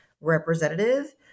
representative